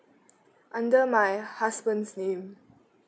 under my husband's name